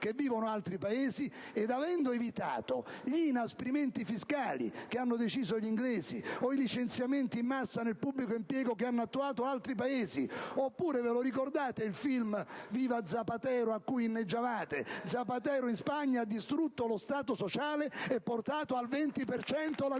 vivendo altri Paesi; avendo evitato gli inasprimenti fiscali che hanno deciso gli inglesi o i licenziamenti in massa nel pubblico impiego che hanno attuato altri Paesi; e ancora, vi ricordate il film «Viva Zapatero» a cui inneggiavate? Zapatero in Spagna ha distrutto lo Stato sociale e portato al 20